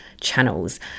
channels